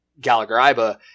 Gallagher-Iba